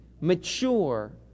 mature